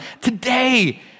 today